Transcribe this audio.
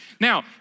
Now